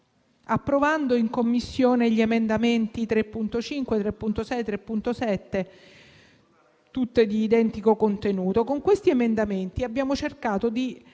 approvando in Commissione gli emendamenti 3.5, 3.6 e 3.7, tutti di identico contenuto. Con questi emendamenti abbiamo cercato di